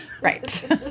Right